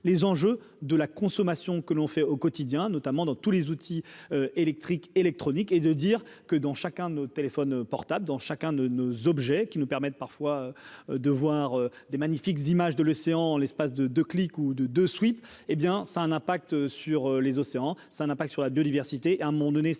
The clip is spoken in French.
les enjeux de la consommation que l'on fait au quotidien notamment dans tous les outils électriques, électroniques et de dire que dans chacun nos téléphones portables dans chacun de nos objets qui nous permettent parfois de voir des magnifiques images de l'océan en l'espace de 2 clics ou de de suite hé bien ça a un impact sur les océans, ça n'a pas que sur la biodiversité, à un moment donné,